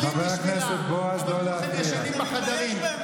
אבל כולכם ישנים בחדרים.